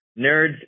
Nerds